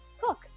cook